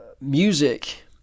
music